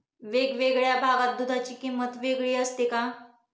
वेगवेगळ्या भागात दूधाची किंमत वेगळी असते का?